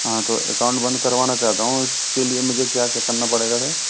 हाँ तो अकाउंट बंद करवाना चाहता हूँ इसके लिए मुझे क्या क्या करना पड़ेगा सर